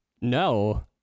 No